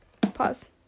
pause